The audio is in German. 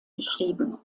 beschrieben